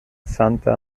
santa